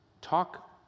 talk